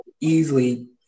easily